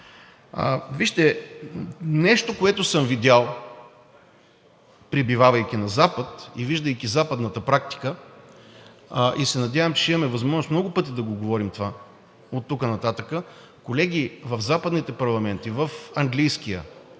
Вижте нещо, което съм видял, пребивавайки на Запад и виждайки западната практика, се надявам, че ще имаме възможност много пъти да го говорим това оттук нататък, колеги: в западните парламенти – в английския,